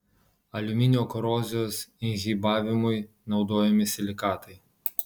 aliuminio korozijos inhibavimui naudojami silikatai